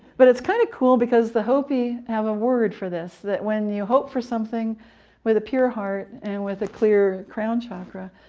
but it's kind of cool, because the hopi have a word for this that when you hope for something with a pure heart and with a clear crown chakra,